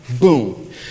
Boom